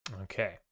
Okay